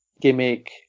gimmick